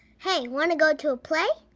hey, wanna go to a play?